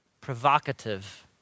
provocative